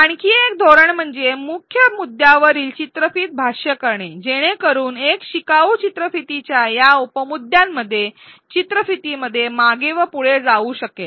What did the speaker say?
आणखी एक धोरण म्हणजे मुख्य मुद्द्यांवरील चित्रफित भाष्य करणे जेणेकरुन एक शिकाऊ चित्रफितीच्या या उपमुद्द्यांमध्ये चित्रफितीमध्ये मागे व पुढे जाऊ शकेल